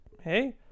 hey